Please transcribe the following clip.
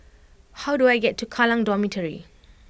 how do I get to Kallang Dormitory